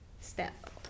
step